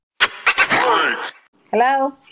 Hello